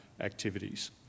activities